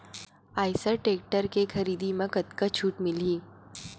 Eicher tractor के खरीदी म कतका छूट मिलही?